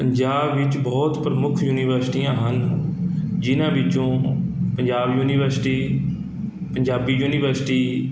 ਪੰਜਾਬ ਵਿੱਚ ਬਹੁਤ ਪ੍ਰਮੁੱਖ ਯੂਨੀਵਰਸਿਟੀਆਂ ਹਨ ਜਿਹਨਾਂ ਵਿੱਚੋਂ ਪੰਜਾਬ ਯੂਨੀਵਰਸਿਟੀ ਪੰਜਾਬੀ ਯੂਨੀਵਰਸਿਟੀ